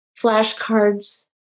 Flashcards